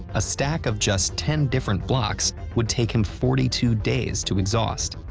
a stack of just ten different blocks would take him forty two days to exhaust.